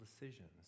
decisions